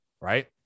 right